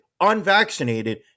unvaccinated